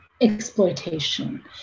exploitation